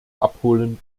abholen